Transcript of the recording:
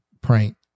prank